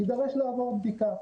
הוא יידרש לעבור בדיקה.